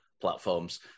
platforms